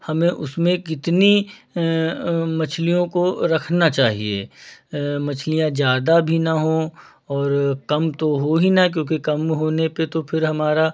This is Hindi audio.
हमें उसमें कितनी मछलियों को रखना चाहिए मछलियाँ ज़्यादा भी ना हों और कम तो हो ही ना क्योंकि कम होने पे तो फिर हमारा